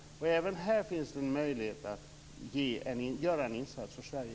Även här finns det en möjlighet att göra en insats för Sverige.